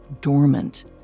dormant